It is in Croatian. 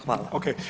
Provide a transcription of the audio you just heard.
Hvala.